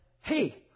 hey